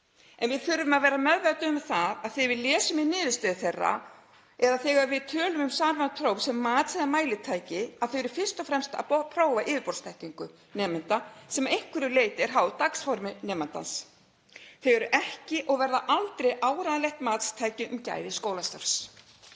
en við þurfum að vera meðvituð um það að þegar við lesum í niðurstöður þeirra eða þegar við tölum um samræmd próf sem mats- eða mælitæki að þau eru fyrst og fremst að prófa yfirborðsþekkingu nemenda sem að einhverju leyti er háð dagsformi nemandans. Þau eru ekki og verða aldrei áreiðanlegt matstæki um gæði skólastarfs.